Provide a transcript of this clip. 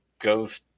goes